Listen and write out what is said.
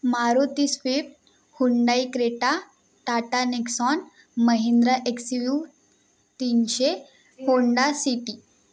Maruti Swift Hyundai Creta Tata Nexon Mahindra XUV तीनशे Honda city